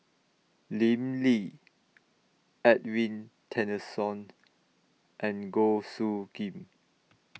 Lim Lee Edwin Tessensohn and Goh Soo Khim